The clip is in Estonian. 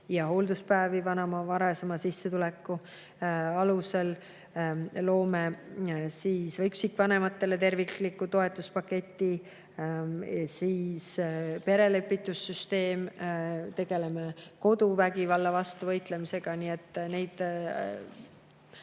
ja hoolduspäevi vanema varasema sissetuleku alusel. Loome üksikvanematele tervikliku toetuspaketi. Perelepitussüsteem. Tegeleme koduvägivalla vastu võitlemisega. Neid